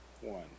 one